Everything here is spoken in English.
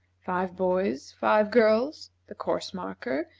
five boys, five girls, the course-marker,